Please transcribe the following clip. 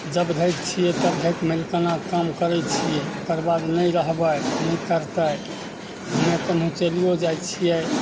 जब धरि छिए तब धरि मलिकानाके काम करै छिए ओकरबाद नहि रहबै नहि करतै हमे तऽ निकैलिओ जाइ छिए